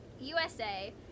USA